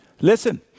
listen